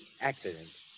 accident